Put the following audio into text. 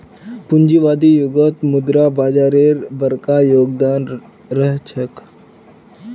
पूंजीवादी युगत मुद्रा बाजारेर बरका योगदान रह छेक